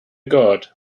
god